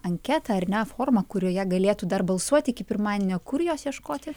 anketą ar ne formą kurioje galėtų dar balsuoti iki pirmadienio kur jos ieškoti